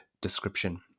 description